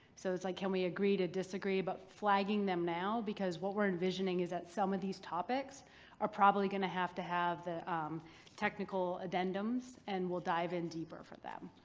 so it's like, can we agree to disagree? but flagging them now, because what we're envisioning is that some of these topics are probably going to have to have the technical addendums and we'll dive in deeper for them.